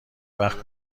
وقت